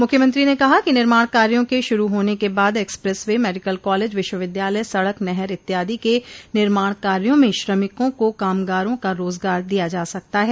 मुख्यमंत्री ने कहा कि निर्माण कार्यो के शुरू होने के बाद एक्सप्रेस वे मेडिकल कॉलेज विश्वविद्यालय सड़क नहर इत्यादि के निर्माण कार्यो में श्रमिकों को कामगारों का रोजगार दिया जा सकता है